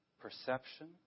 perception